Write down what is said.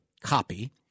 copy